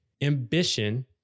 Ambition